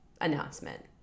announcement